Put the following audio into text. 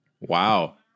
Wow